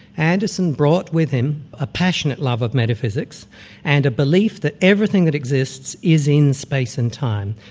anderson brought with him a passionate love of metaphysics and a belief that everything that exists is in space and time.